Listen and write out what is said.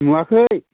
नुवाखै